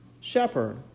shepherd